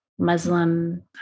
Muslim